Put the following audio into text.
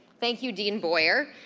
thank you, dean boyer.